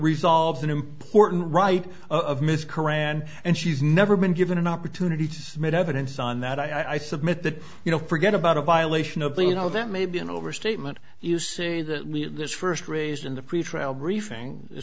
resolves an important right of miss qur'an and she's never been given an opportunity to submit evidence on that i submit that you know forget about a violation of the you know that may be an overstatement you say that this first raised in the pretrial briefing